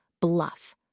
bluff